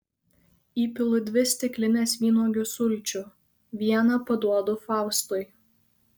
įpilu dvi stiklines vynuogių sulčių vieną paduodu faustui